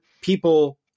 people